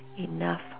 Enough